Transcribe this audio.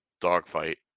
dogfight